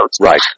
Right